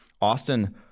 Austin